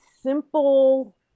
simple